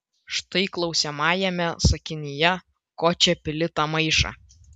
štai klausiamajame sakinyje ko čia pili tą maišą